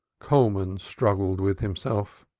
coleman struggled with himself.